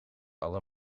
alle